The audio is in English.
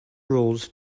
rules